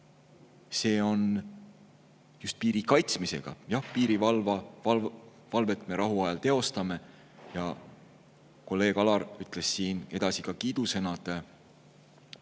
see on just piiri kaitsmine. Jah, piirivalvet me rahuajal teostame ja kolleeg Alar ütles siin edasi ka kiidusõnad